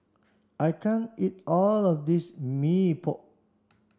I can't eat all of this Mee Pok